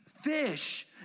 fish